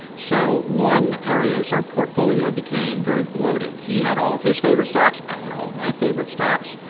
so one areas, our portfolio became very bloated. he had all of his favorite stocks. i had all of my favorite stocks.